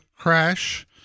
crash